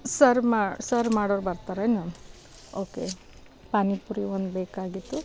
serve ಮಾ serve ಮಾಡೋರು ಬರ್ತಾರೇನು ಓಕೆ ಪಾನಿಪುರಿ ಒಂದು ಬೇಕಾಗಿತ್ತು